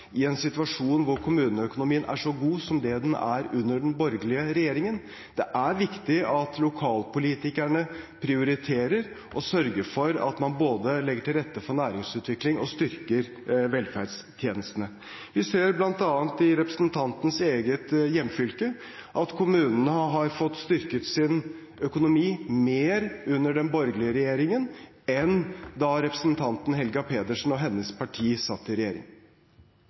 i en situasjon hvor kommuneøkonomien er så god som det den er under den borgerlige regjeringen. Det er viktig at lokalpolitikerne prioriterer og sørger for at man både legger til rette for næringsutvikling og styrker velferdstjenestene. Vi ser bl.a. i representantens eget hjemfylke at kommunene har fått styrket sin økonomi mer under den borgerlige regjeringen enn da representanten Helga Pedersen og hennes parti satt i regjering.